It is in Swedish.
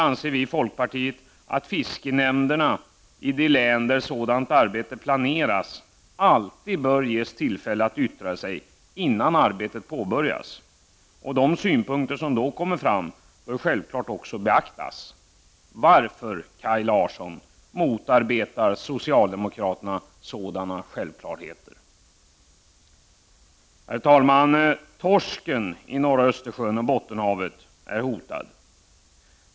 Vi i folkpartiet anser därför att fiskenämnderna i de län där sådant arbete planeras alltid bör ges tillfälle att yttra sig innan arbetet påbörjas. De synpunkter som då kommer fram skall självfallet också beaktas. Varför, Kaj Larsson, motarbetar socialdemokraterna sådana självklarheter? Torsken i norra Östersjön och Bottenhavet är hotad.